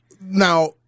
now